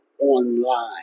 online